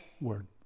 word